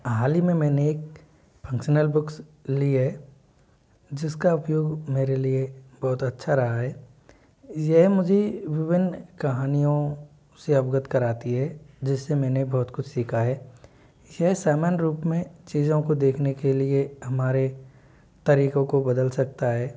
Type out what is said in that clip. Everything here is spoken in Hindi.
हालही में मैंने एक फंक्शनल बुक्स ली है जिस का उपयोग मेरे लिए बहुत अच्छा रहा है यह मुझे विभिन्न कहानियों से अवगत कराती है जिस से मैंने बहुत कुछ सीखा है यह समान रूप में चीज़ों को देखने के लिए हमारे तरीक़ों को बदल सकता है